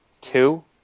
Two